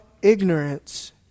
ignorance